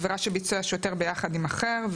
עבירה שביצע השוטר ביחד עם אחר,